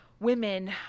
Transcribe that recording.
Women